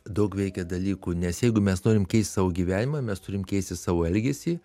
daug veikia dalykų nes jeigu mes norim keist savo gyvenimą mes turim keisti savo elgesį